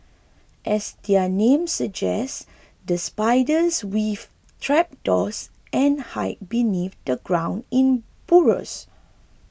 as their name suggests these spiders weave trapdoors and hide beneath the ground in burrows